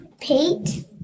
Pete